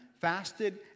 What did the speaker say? fasted